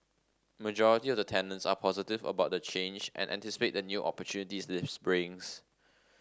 majority of the tenants are positive about the change and anticipate the new opportunities this brings